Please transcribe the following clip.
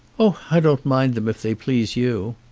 oh, i don't mind them if they please you.